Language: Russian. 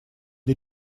для